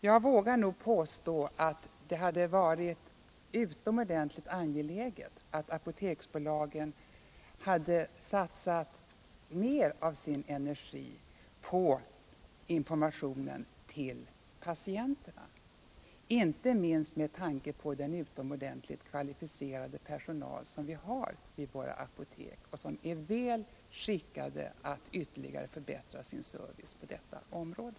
Jag vågar nog påstå att det hade varit ytterst angeläget om Apoteksbolaget hade kunnat satsa mer av sin energi på informationen till patienterna, inte minst med tanke på den utomordentligt kvalificerade personal som vi har vid våra apotek och som är väl skickad att ytterligare förbättra sin service på detta område.